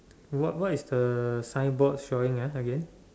what what is the signboard showing ah again